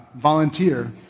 volunteer